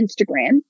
instagram